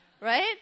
right